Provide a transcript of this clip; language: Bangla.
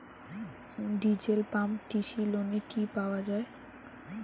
ডিজেল পাম্প কৃষি লোনে কি পাওয়া য়ায়?